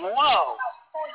Whoa